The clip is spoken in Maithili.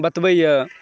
बतबै यऽ